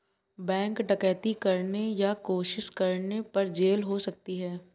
bank डकैती करने या कोशिश करने पर जेल हो सकती है